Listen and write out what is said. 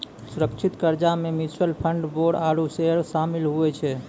सुरक्षित कर्जा मे म्यूच्यूअल फंड, बोंड आरू सेयर सामिल हुवै छै